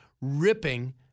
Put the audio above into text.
ripping